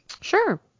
Sure